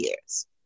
years